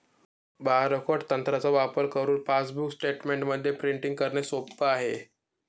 barcode तंत्राचा वापर करुन पासबुक स्टेटमेंट प्रिंटिंग करणे सोप आहे